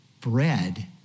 bread